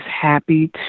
happy